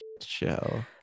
show